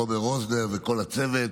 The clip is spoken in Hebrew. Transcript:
וכל הצוות.